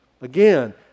Again